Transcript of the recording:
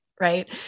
Right